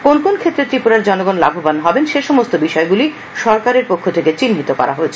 কোন কোন ক্ষেত্রে ত্রিপুরার জনগণ লাভবান হবেন সে সমস্ত বিষয়গুলি সরকারের পক্ষে চিহ্নিত করা হয়েছে